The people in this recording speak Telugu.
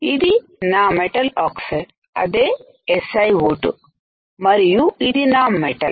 ఇది నా మెటల్ ఆక్సైడ్ అదే SiO2 మరియు ఇది నా మెటల్